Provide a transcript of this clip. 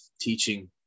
teaching